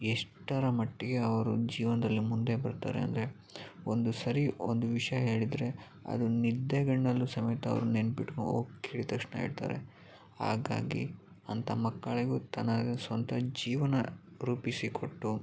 ಎಷ್ಟರ ಮಟ್ಟಿಗೆ ಅವರು ಜೀವನದಲ್ಲಿ ಮುಂದೆ ಬರ್ತಾರೆ ಅಂದರೆ ಒಂದು ಸರಿ ಒಂದು ವಿಷಯ ಹೇಳಿದರೆ ಅದು ನಿದ್ದೆಗಣ್ಣಲ್ಲೂ ಸಮೇತ ಅವರು ನೆನಪಿಟ್ಕೊಂಡು ಓ ಕೇಳಿದ ತಕ್ಷಣ ಹೇಳ್ತಾರೆ ಹಾಗಾಗಿ ಅಂಥ ಮಕ್ಕಳಿಗೂ ತನಗೆ ಸ್ವಂತ ಜೀವನ ರೂಪಿಸಿಕೊಟ್ಟು